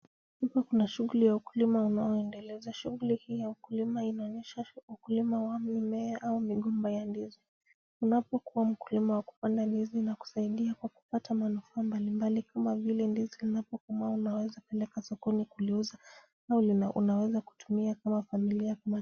Hapa Kuna shughuli ya ukulima unaoendeleza. Shughuli hii ya ukulima inaonyesha ukulima wa mimea au migomba ya ndizi. Unapokuwa mkulima wa kupanda ndizi inakusaidia kwa kupata manufaa mbali mbali kama vile ndizi inapokomaa unaweza kupeleka sokoni kuliuza au unaweza kutumia kama familia.